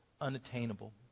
unattainable